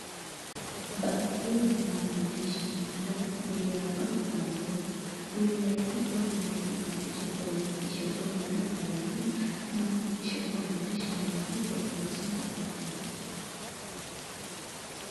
Bao hli liko na maandishi alafu mbele ya ubao kuna rula ,rula hii huwa inaadika maandishi kuhakikisha kuwa imeeda kwa laini, ama kuhakikisha kuwa imeadkikwa iko sawa sahihi.